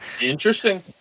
Interesting